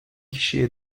kişiye